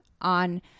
on